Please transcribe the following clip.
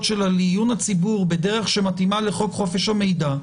שלה לעיון הציבור בדרך שמתאימה לחוק חופש המידע,